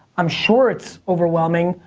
i'm sure it's overwhelming,